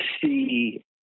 see